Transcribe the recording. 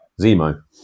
Zemo